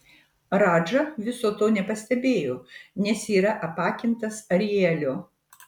radža viso to nepastebėjo nes yra apakintas arielio